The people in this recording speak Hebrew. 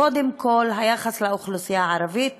קודם כול, היחס לאוכלוסייה הערבית